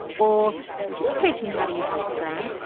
or can you teach me how to use instagram?